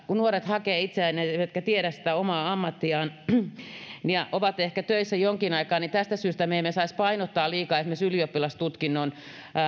kun nuoret hakevat itseään eivätkä tiedä sitä omaa ammattiaan ja ovat ehkä töissä jonkin aikaa niin tästä syystä me emme saisi painottaa liikaa esimerkiksi ylioppilastutkinnon